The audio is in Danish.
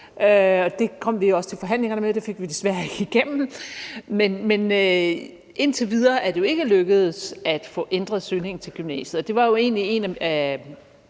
noget, vi kom til forhandlingerne med, men som vi desværre ikke fik igennem. Men indtil videre er det ikke lykkedes at få ændret søgningen til gymnasiet, og det var jo egentlig et af